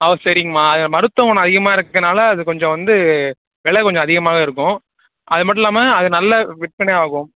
ஆ சரிங்கம்மா அதில் மருத்துவ குணம் அதிகமாக இருக்கனால் அது கொஞ்சம் வந்து விலை கொஞ்சம் அதிகமாக இருக்கும் அது மட்டும் இல்லாமல் அது நல்ல விற்பனை ஆகும்